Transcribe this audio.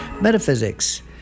metaphysics